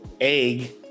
egg